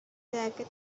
jacket